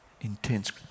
Intense